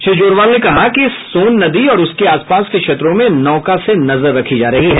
श्री जोरवाल ने कहा कि सोन नदी और उसके आसपास के क्षेत्रों में नौका से नजर रखी जा रही है